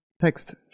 Text